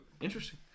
Interesting